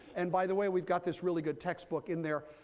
and by the way, we've got this really good textbook in there.